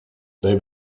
they